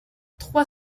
trois